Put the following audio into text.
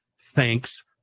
Thanks